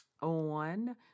on